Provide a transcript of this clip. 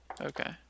okay